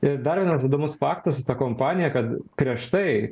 ir dar vienas įdomus faktas su ta kompanija kad prieš tai